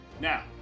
Now